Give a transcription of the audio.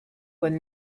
when